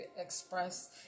express